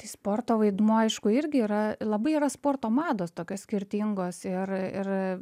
sporto vaidmuo aišku irgi yra labai yra sporto mados tokios skirtingos ir ir